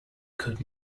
could